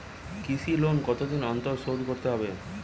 কৃষি লোন কতদিন অন্তর শোধ করতে হবে?